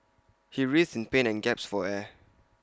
he writhed in pain and gasped for air